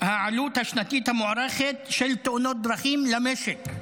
העלות השנתית המוערכת של תאונות דרכים למשק,